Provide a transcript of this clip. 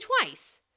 twice